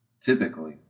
typically